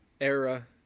era